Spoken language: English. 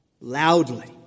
loudly